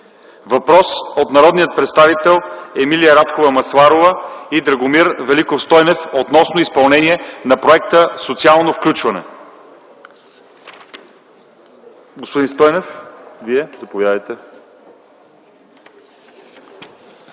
Въпрос от народните представители Емилия Радкова Масларова и Драгомир Велков Стойнев относно изпълнение на Проекта „Социално включване”.